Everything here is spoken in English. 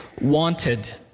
wanted